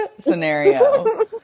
scenario